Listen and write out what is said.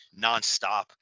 nonstop